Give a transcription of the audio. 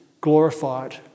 glorified